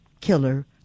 killer